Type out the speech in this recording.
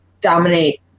Dominate